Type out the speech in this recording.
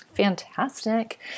Fantastic